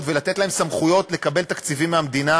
ולתת להם סמכויות לקבל תקציבים מהמדינה,